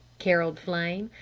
caroled flame.